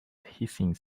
hissing